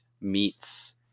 meets